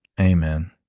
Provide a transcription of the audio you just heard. Amen